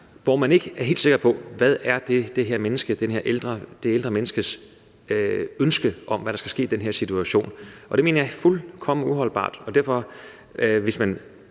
hvor man ikke er helt sikker på, hvad det er, det her ældre menneskes ønske er, og hvad der skal ske i den her situation. Det mener jeg er fuldkommen uholdbart. Så hvis man